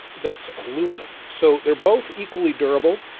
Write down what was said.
that's aluminum. so they're both equally durable.